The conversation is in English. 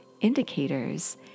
indicators